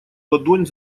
ладонь